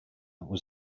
was